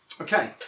Okay